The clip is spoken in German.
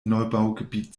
neubaugebiet